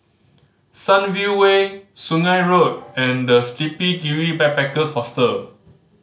Sunview Way Sungei Road and The Sleepy Kiwi Backpackers Hostel